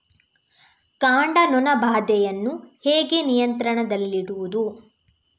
ಕಾಂಡ ನೊಣ ಬಾಧೆಯನ್ನು ಹೇಗೆ ನಿಯಂತ್ರಣದಲ್ಲಿಡುವುದು?